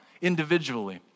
individually